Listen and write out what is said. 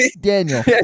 Daniel